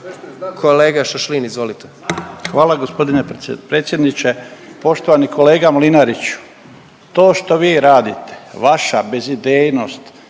**Šašlin, Stipan (HDZ)** Hvala gospodine predsjedniče. Poštovani kolega Mlinariću, to što vi radite, vaša bezidejnost,